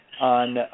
on